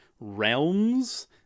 realms